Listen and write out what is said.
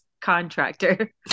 contractor